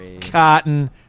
cotton